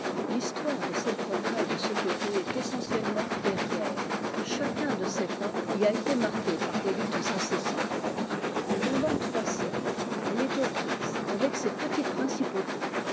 l'histoire de ses progrès de ce côté est essentiellement guerrière chacun de ses pas y a été marqué par des luttes incessantes pendant trois siècles elle est aux prises avec ces petites principautés